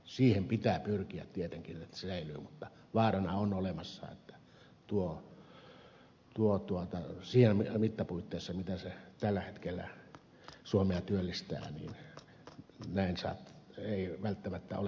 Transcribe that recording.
siihen pitää pyrkiä tietenkin että se säilyy mutta vaarana on olemassa että niissä mittapuitteissa mitä se tällä hetkellä suomea työllistää näin ei välttämättä ole huomenna